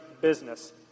business